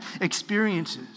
experiences